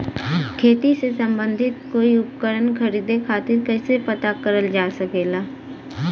खेती से सम्बन्धित कोई उपकरण खरीदे खातीर कइसे पता करल जा सकेला?